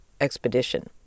expedition